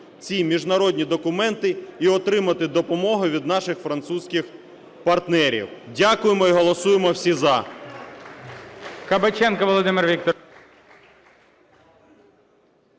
ці міжнародні документи і отримати допомогу від наших французьких партнерів. Дякуємо і голосуємо всі "за".